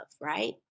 right